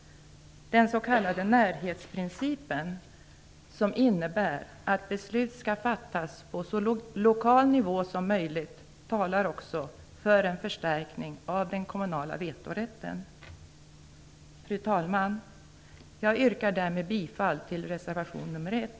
Den s.k. närhetsprincipen, som innebär att beslut skall fattas på så lokal nivå som möjligt, talar också för en förstärkning av den kommunala vetorätten. Fru talman! Jag yrkar härmed bifall till reservation nr 1.